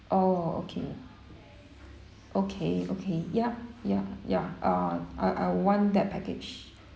oh okay okay okay ya ya ya ah I I want that package